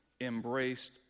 embraced